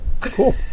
cool